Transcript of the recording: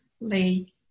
lay